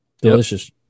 delicious